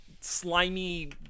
slimy